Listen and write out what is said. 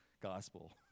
gospel